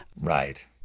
right